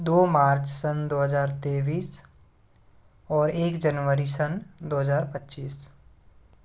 दो मार्च सन दो हज़ार तेईस और एक जनवरी सन दो हज़ार पच्चीस